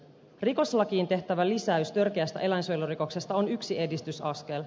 rikoslakiin tehtävä lisäys törkeästä eläinsuojelurikoksesta on yksi edistysaskel